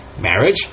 marriage